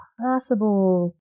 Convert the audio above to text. possible